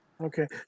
okay